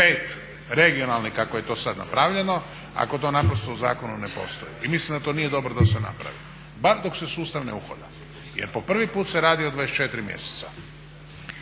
5 regionalnih kako je to sada napravljeno ako to ne postoji u zakonu i mislim da to nije dobro da se napravi, bar dok se sustav ne uhoda jer po prvi put se radi o 24 mjeseca.